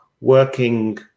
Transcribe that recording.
working